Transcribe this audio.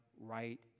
right